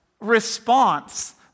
response